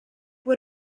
può